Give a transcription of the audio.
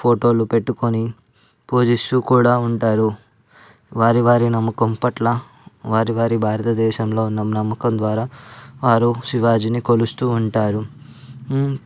ఫోటోలు పెట్టుకొని పూజిస్తూ కూడా ఉంటారు వారి వారి నమ్మకం పట్ల వారి వారి భారత దేశంలో ఉన్న నమ్మకం ద్వారా వారు శివాజీని కొలుస్తూ ఉంటారు